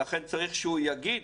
לכן צריך שהוא יגיד